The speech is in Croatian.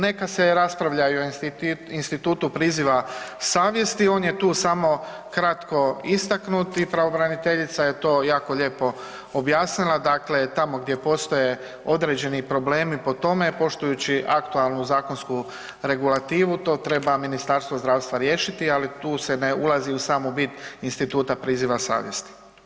Neka se raspravljaju o institutu priziva savjesti, on je tu samo kratko istaknut i pravobraniteljica je to jako lijepo objasnila, dakle tamo gdje postoje određeni problemi po tome, poštujući aktualnu zakonsku regulativu to treba Ministarstvo zdravstva riješiti, ali tu se ne ulazi u samu bit instituta priziva savjesti.